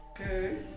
Okay